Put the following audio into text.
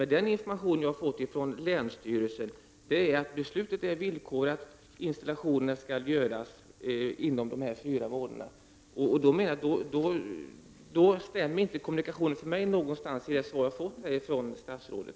Men den information jag har fått från länsstyrelsen är den att beslutet är villkorat, installationerna skall göras inom fyra månader. Men då fungerar inte kommunikationen någonstans med tanke på det svar som jag har fått från statsrådet.